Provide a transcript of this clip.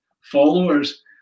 followers